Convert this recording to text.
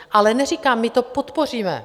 Ale neříkám, my to podpoříme.